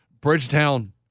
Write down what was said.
bridgetown